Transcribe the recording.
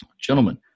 Gentlemen